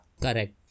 Correct